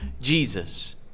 Jesus